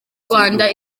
rwanda